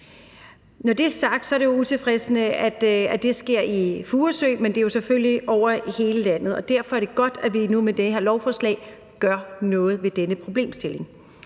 Når det er sagt, er det utilfredsstillende, at det sker i Furesø, men det er selvfølgelig over hele landet, og derfor er det godt, at vi nu med det her lovforslag gør noget ved denne problemstilling.